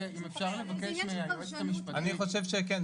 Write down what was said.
אם אפשר לבקש מהיועצת המשפטית, אני רוצה